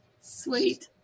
Sweet